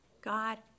God